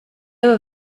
other